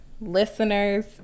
listeners